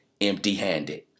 empty-handed